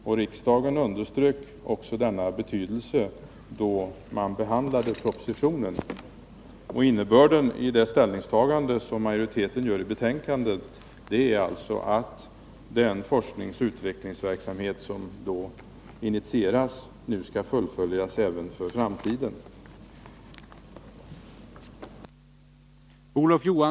Även riksdagen underströk denna betydelse, då den behandlade propositionen. Innebörden i det ställningstagande som majoriteten gör i betänkandet är alltså att den forskningsoch utvecklingsverksamhet som då initierades nu skall fullföljas även för framtiden.